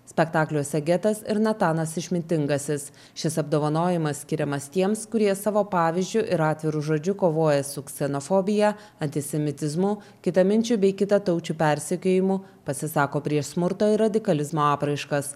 spektakliuose getas ir natanas išmintingasis šis apdovanojimas skiriamas tiems kurie savo pavyzdžiu ir atviru žodžiu kovoja su ksenofobija antisemitizmu kitaminčių bei kitataučių persekiojimą pasisako prieš smurto ir radikalizmo apraiškas